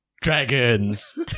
Dragons